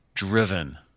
driven